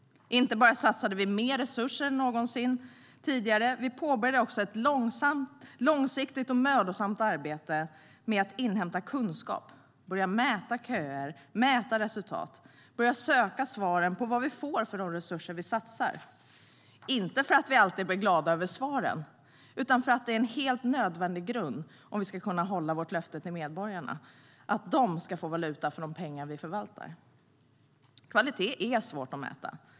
Inte bara satsade vi mer resurser än någonsin tidigare; vi påbörjade också ett långsiktigt och mödosamt arbete med att inhämta kunskap, mäta köer och mäta resultat. Vi började söka svaren på vad vi får för de resurser vi satsar, inte för att vi alltid blev glada över svaren utan för att det är en helt nödvändig grund om vi ska kunna hålla vårt löfte till medborgarna att de ska få valuta för de pengar vi förvaltar. Kvalitet är svår att mäta.